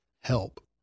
help